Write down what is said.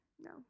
No